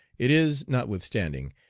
it is, notwithstanding,